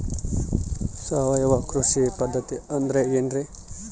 ಸಾವಯವ ಕೃಷಿ ಪದ್ಧತಿ ಅಂದ್ರೆ ಏನ್ರಿ?